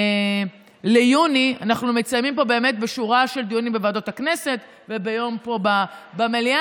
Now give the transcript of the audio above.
אנחנו מציינים פה בשורה של דיונים בוועדות הכנסת ובדיון פה במליאה,